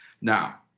Now